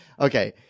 Okay